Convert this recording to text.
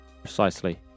Precisely